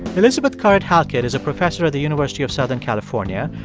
elizabeth currid-halkett is a professor at the university of southern california.